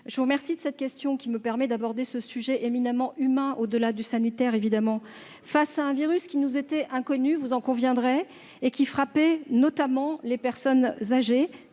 je vous remercie de votre question, qui me permet d'aborder un sujet éminemment humain, au-delà des enjeux sanitaires. Face à un virus qui nous était inconnu- vous en conviendrez -et qui frappait notamment les personnes âgées